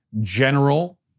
general